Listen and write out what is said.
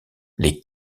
les